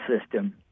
system